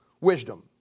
wisdom